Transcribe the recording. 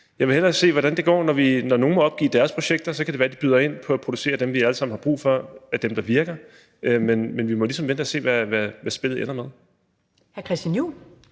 Jeg vil hellere se, hvordan det går, når nogle må opgive deres projekter, for så kan det være, de byder ind på at producere dem, vi alle sammen har brug for – dem, der virker. Men vi må ligesom vente og se, hvad spillet ender med. Kl.